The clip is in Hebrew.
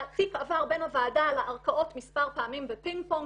התיק עבר בין הוועדה לערכאות מספר פעמים בפינג פונג,